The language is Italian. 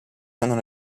non